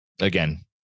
Again